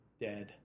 dead